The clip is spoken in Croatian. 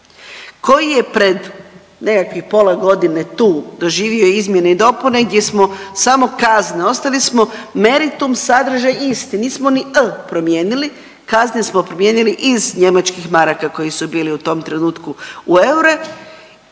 koji je pred nekakvih pola godine tu doživio izmjene i dopune, gdje smo samo kazne, ostavili smo meritum, sadržaj isti. Nismo ni …/Govornica se ne razumije./… promijenili, kazne smo promijenili iz njemačkih maraka promijenili koji su bili u tom trenutku u eure.